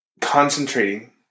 concentrating